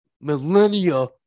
Millennia